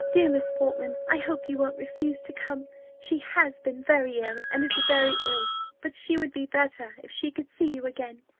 dear miss portman, i hope you won't refuse to come she has been very ill, and is very ill but she would be better, if she could see you again.